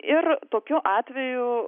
ir tokiu atveju